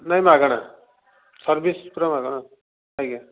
ନାଇ ମାଗଣା ସର୍ଭିସ୍ ପୁରା ମାଗଣା ଆଜ୍ଞା